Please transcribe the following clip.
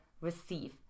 receive